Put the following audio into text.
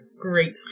great